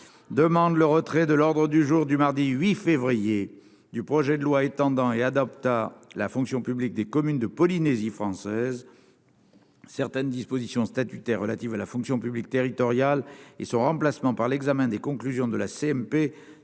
demande le retrait de l'ordre du jour du mardi 8 février du projet de loi étendant et adopta la fonction publique des communes de Polynésie française. Certaines dispositions statutaires relatives à la fonction publique territoriale et son remplacement par l'examen des conclusions de la CMP